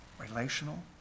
relational